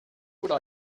would